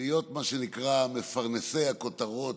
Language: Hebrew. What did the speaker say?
להיות מה שנקרא "מפרנסי הכותרות".